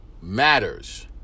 matters